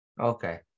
Okay